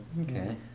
okay